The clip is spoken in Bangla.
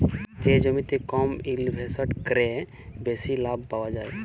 যে জমিতে কম ইলভেসেট ক্যরে বেশি লাভ পাউয়া যায়